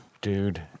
dude